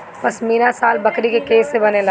पश्मीना शाल बकरी के केश से बनेला